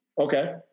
Okay